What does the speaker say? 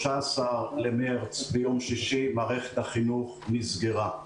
ב-13.3, יום שישי, מערכת החינוך נסגרה.